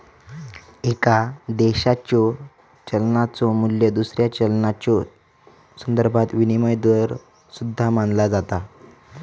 एका देशाच्यो चलनाचो मू्ल्य दुसऱ्या चलनाच्यो संदर्भात विनिमय दर सुद्धा मानला जाता